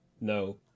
no